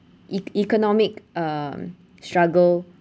ec~ economic um struggle